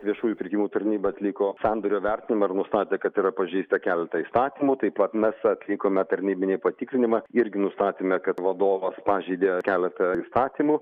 viešųjų pirkimų tarnyba atliko sandorio vertinimą ir nustatė kad yra pažeista keletą įstatymų taip pat mes atlikome tarnybinį patikrinimą irgi nustatėme kad vadovas pažeidė keletą įstatymų